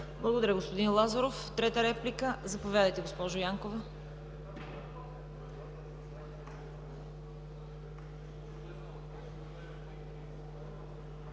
Благодаря, господин Лазаров. Трета реплика? Заповядайте, госпожо Янкова.